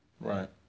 Right